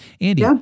Andy